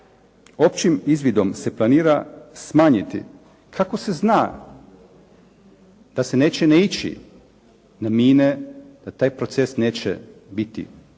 općim izvidom se planira smanjiti, kako se zna da se neće naići na mine, da taj proces neće biti